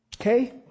Okay